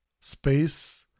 space